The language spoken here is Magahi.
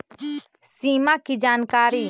सिमा कि जानकारी?